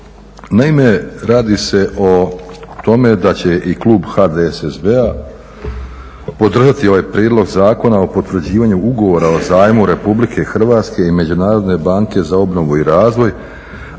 Naime, radi se o tome da će i klub HDSSB-a podržati ovaj Prijedlog zakona o potvrđivanju Ugovora o zajmu Republike Hrvatske i Međunarodne banke za obnovu i razvoj